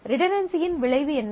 ரிடன்டன்சியின் விளைவு என்ன